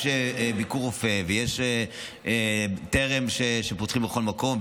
יש ביקור רופא ויש טרם שפותחים בכל מקום,